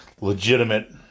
legitimate